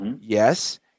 Yes